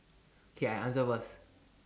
okay I answer first